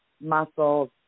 muscles